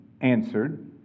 answered